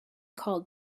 called